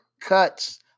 cuts